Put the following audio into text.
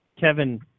Kevin